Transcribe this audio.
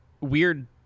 weird